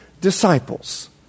disciples